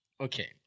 okay